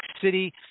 city